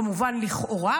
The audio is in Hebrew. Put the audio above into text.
כמובן לכאורה,